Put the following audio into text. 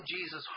Jesus